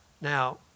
Now